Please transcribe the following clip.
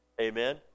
Amen